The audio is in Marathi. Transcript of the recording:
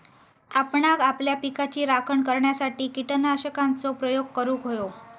आपणांक आपल्या पिकाची राखण करण्यासाठी कीटकनाशकांचो प्रयोग करूंक व्हयो